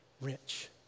rich